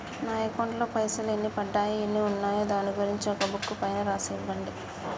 నా అకౌంట్ లో పైసలు ఎన్ని పడ్డాయి ఎన్ని ఉన్నాయో దాని గురించి ఒక బుక్కు పైన రాసి ఇవ్వండి?